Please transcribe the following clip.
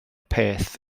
peth